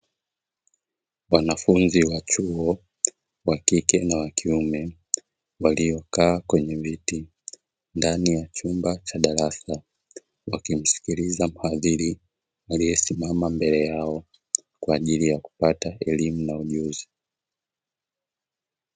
Wanafunzi wa chuo wakike na wakiume, waliokaa kwenye viti ndani ya chumba cha darasa, wakimsikiliza mhadhari aliyesimama mbele yao, kwa ajili ya kupata elimu na ujuzi.